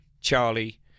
Charlie